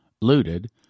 looted